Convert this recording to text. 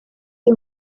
die